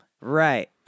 Right